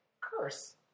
curse